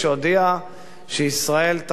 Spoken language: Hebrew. שישראל תחרים את